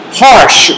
harsh